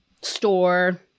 store